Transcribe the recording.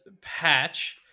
Patch